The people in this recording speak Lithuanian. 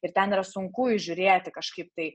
ir ten yra sunku įžiūrėti kažkaip tai